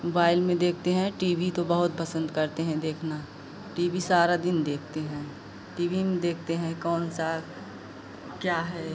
mobile में देखते हैं टी वी तो बहुत पसन्द करते हैं देखना टी वी सारा दिन देखते हैं टी वी में देखते हैं कौन सा क्या है